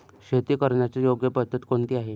शेती करण्याची योग्य पद्धत कोणती आहे?